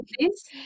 please